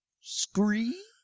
Scree